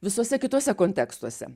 visuose kituose kontekstuose